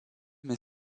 mais